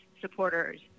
supporters